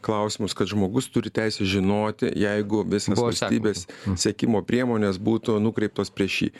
klausimus kad žmogus turi teisę žinoti jeigu visas valstybės sekimo priemonės būtų nukreiptos prieš jį